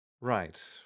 Right